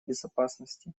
безопасности